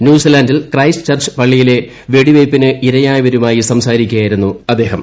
ന്യൂസ്ലാന്റിൽ Christchurch പള്ളിയിലെ വെടിവെയ്പിനിരയായവരുമായി സംസാരിക്കുകയായിരുന്നു അദ്ദേഹം